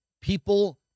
people